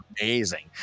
amazing